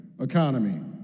economy